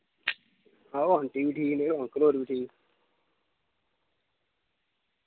आओ आंटी बी ठीक न अंकल होर ठीक न